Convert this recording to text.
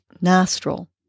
nostril